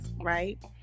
right